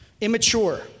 immature